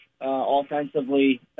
offensively